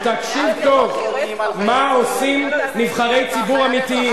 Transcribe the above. תקשיב טוב מה עושים נבחרי ציבור אמיתיים,